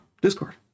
Discord